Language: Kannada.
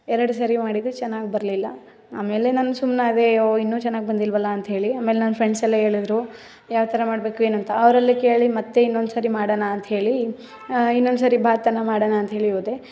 ಎರಡು ಸರಿ ಮಾಡಿದೆ ಚೆನ್ನಾಗಿ ಬರಲಿಲ್ಲ ಆಮೇಲೆ ನಾನು ಸುಮ್ಮನಾದೆ ಓ ಇನ್ನೂ ಚೆನ್ನಾಗಿ ಬಂದಿಲ್ವಲ್ಲ ಅಂಥೇಳಿ ಆಮೇಲೆ ನನ್ನ ಫ್ರೆಂಡ್ಸ್ ಎಲ್ಲ ಹೇಳಿದ್ರು ಯಾವ ಥರ ಮಾಡಬೇಕು ಏನು ಅಂತ ಅವರಲ್ಲಿ ಕೇಳಿ ಮತ್ತೆ ಇನ್ನೊಂದು ಸರಿ ಮಾಡೋಣಾ ಅಂಥೇಳಿ ಇನ್ನೊಂದು ಸರಿ ಬಾತನ್ನ ಮಾಡೊಣಾ ಅಂಥೇಳಿ ಹೋದೆ